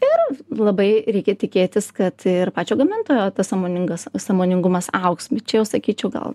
ir labai reikia tikėtis kad ir pačio gamintojo tas sąmoningas sąmoningumas augs bet čia jau sakyčiau gal